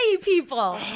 people